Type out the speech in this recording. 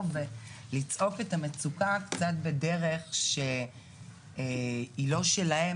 ולצעוק את המצוקה קצת בדרך שלא שלהם,